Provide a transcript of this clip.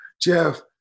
Jeff